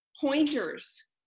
pointers